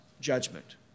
judgment